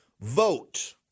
Vote